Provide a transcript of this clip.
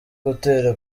gutera